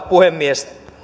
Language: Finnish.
puhemies